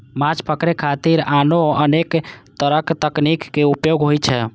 माछ पकड़े खातिर आनो अनेक तरक तकनीक के उपयोग होइ छै